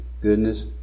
goodness